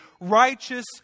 righteous